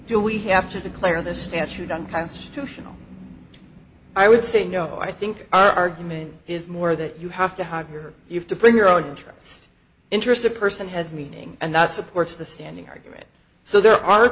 do we have to declare this statute unconstitutional i would say no i think our argument is more that you have to hide here you have to bring your own interest interest a person has meaning and that supports the standing argument so there are